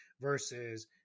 versus